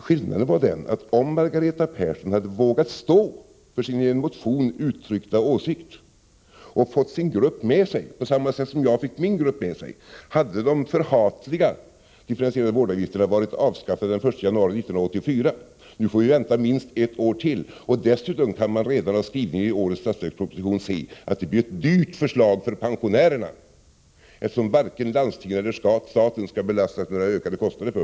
Skillnaden är den, att om Margareta Persson hade vågat stå för sin i motionen uttryckta åsikt och fått sin grupp med sig, på samma sätt som jag fick min grupp med mig, hade de förhatliga differentierade vårdavgifterna varit avskaffade den 1 januari 1984. Nu får vi vänta minst ett år till. Dessutom kan man redan av skrivningen i årets budgetproposition se att det blir ett dyrt förslag för pensionärerna, eftersom landstingen eller staten inte skall belastas med några ökade kostnader.